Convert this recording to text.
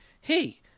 hey